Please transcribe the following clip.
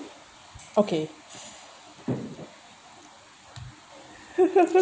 okay